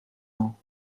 ans